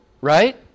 right